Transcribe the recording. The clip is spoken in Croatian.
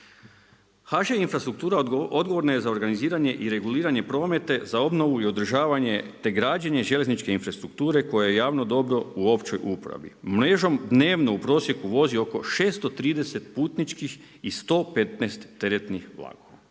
HŽ Infrastruktura odgovorna je za organiziranje i reguliranje prometa za obnovu i održavanje, te građenje željezničke infrastrukture koja je javno dobro u općoj upravi. Mrežom dnevno u prosjeku vozi oko 630 putničkih i 115 teretnih vlakova.